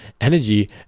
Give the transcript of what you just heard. energy